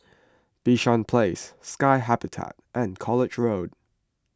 Bishan Place Sky Habitat and College Road